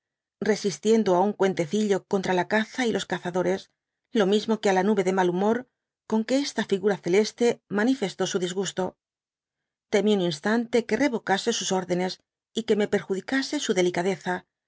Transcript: resistiendo á un cuentecillo contra la caza y los cazadores lo mismo que á la nube de nial humor con que esta figura celeste manifestó su disgusto temí un instante que revocase sus órdenes y que me perjudicase su delicadeza